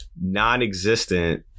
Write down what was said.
non-existent